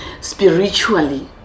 spiritually